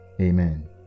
amen